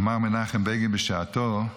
אמר מנחם בגין בשעתו: